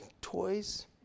toys